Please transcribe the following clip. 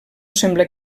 sembla